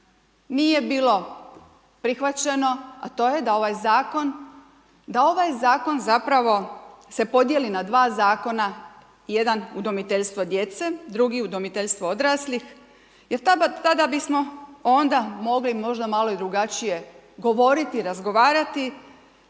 nije bilo prihvaćeno, a to je da ovaj zakon, da ovaj zakon zapravo se podijeli na dva zakona, jedan udomiteljstvo djece, drugi udomiteljstvo odraslih jer tada bismo onda mogli možda malo drugačije govoriti, razgovarati